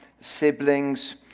siblings